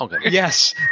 Yes